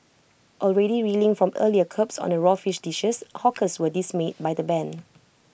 already reeling from earlier curbs on the raw fish dishes hawkers were dismayed by the ban